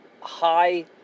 high